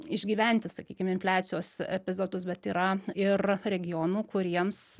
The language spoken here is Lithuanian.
išgyventi sakykime infliacijos epizodus bet yra ir regionų kuriems